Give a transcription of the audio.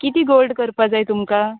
कितें गोल्ड करपा जाय तुमकां